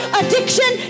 addiction